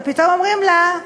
ופתאום אומרים לה: